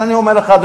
אבל אני אומר לך,